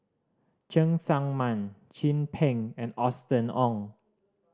Cheng Tsang Man Chin Peng and Austen Ong